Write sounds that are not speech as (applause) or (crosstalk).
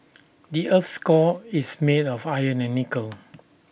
the Earth's core is made of iron and nickel (noise)